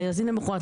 להזין גם למוחרת,